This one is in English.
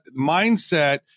mindset